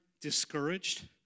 discouraged